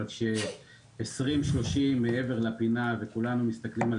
אבל 2030 מעבר לפינה וכולנו מסתכלים על